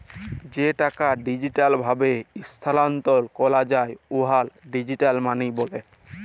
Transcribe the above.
যে টাকা ডিজিটাল ভাবে ইস্থালাল্তর ক্যরা যায় উয়াকে ডিজিটাল মালি ব্যলে